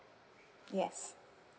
yes